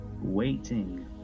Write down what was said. waiting